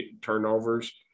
turnovers